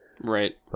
Right